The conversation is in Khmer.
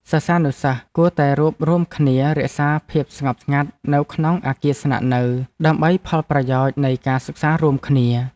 សិស្សានុសិស្សគួរតែរួបរួមគ្នារក្សាភាពស្ងប់ស្ងាត់នៅក្នុងអគារស្នាក់នៅដើម្បីផលប្រយោជន៍នៃការសិក្សារួមគ្នា។